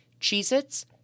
Cheez-Its